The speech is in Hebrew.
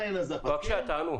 זה לא כתוב ברישיון.